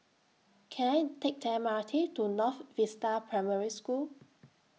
Can I Take The M R T to North Vista Primary School